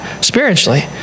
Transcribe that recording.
spiritually